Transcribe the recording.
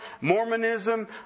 Mormonism